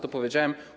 To powiedziałem.